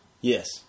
Yes